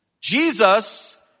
Jesus